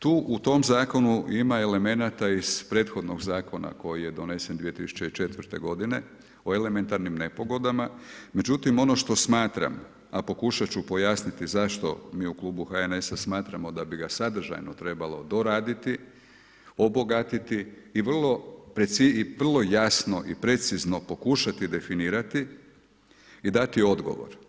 Tu u tom zakonu ima elemenata iz prethodnog zakona, koji je donesen iz 2004. g. o elementarnim nepogodama, međutim, ono što smatram i pokušati ću pojasniti zašto mi u Klubu HSN-a smatramo da bi sadržajno trebalo doraditi, obogatiti i vrlo jasno i precizno pokušati definirati i dati odgovor.